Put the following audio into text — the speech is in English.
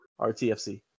RTFC